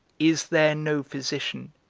is there no physician?